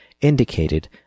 indicated